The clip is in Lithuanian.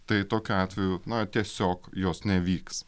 tai tokiu atveju na tiesiog jos nevyks